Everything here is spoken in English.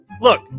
look